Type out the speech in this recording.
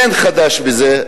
אין חדש בזה,